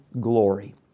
glory